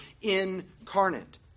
incarnate